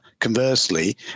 conversely